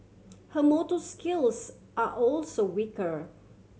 her motor skills are also weaker